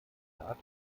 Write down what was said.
tat